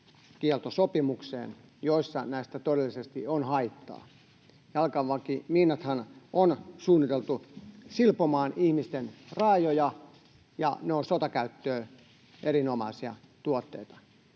sellaiset maat, missä näistä todellisesti on haittaa. Jalkaväkimiinathan on suunniteltu silpomaan ihmisten raajoja, ja ne ovat sotakäyttöön erinomaisia tuotteita.